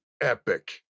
epic